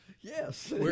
Yes